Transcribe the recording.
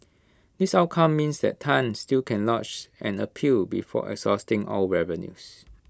this outcome means that Tan still can lodge an appeal before exhausting all avenues